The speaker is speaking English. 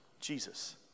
Jesus